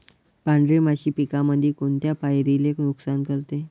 पांढरी माशी पिकामंदी कोनत्या पायरीले नुकसान करते?